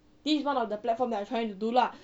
this is one of the platform that I'm trying to do lah